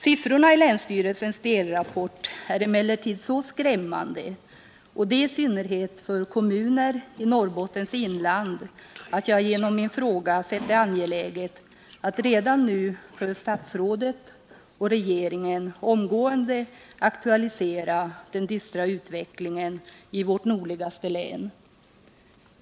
Siffrorna i länsstyrelsens delrapport är emellertid så skrämmande, i synnerhet för kommuner i Norrbottens inland, att jag sett det angeläget att genom min fråga omgående för statsrådet och regeringen aktualisera den dystra utvecklingen i vårt nordligaste län.